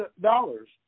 dollars